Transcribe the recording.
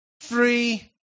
three